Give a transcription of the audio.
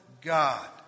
God